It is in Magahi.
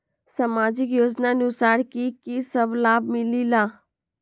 समाजिक योजनानुसार कि कि सब लाब मिलीला?